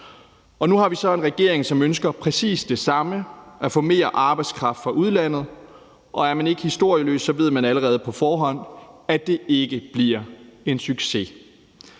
Nu har vi så en regering, som ønsker præcis det samme, altså at få mere arbejdskraft fra udlandet, og er man ikke historieløs, så ved man allerede på forhånd, at det ikke bliver en succes.